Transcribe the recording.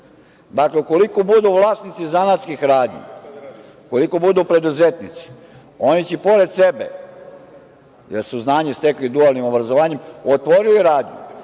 ukoliko budu vlasnici zanatskih radnji, ukoliko budu preduzetnici, oni će pored sebe, jer su znanje stekli dualnim obrazovanjem, otvorili radnju,